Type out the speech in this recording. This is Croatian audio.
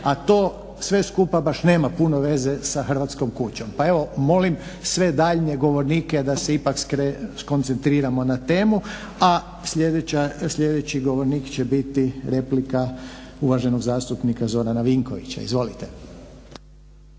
A to sve skupa baš nema puno veze sa "Hrvatskom kućom". Pa evo molim sve daljnje govornike da se ipak skoncentriramo na temu. A sljedeći govornik će biti replika uvaženog zastupnika Zorana Vinkovića. Izvolite.